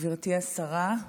גברתי השרה,